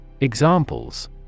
Examples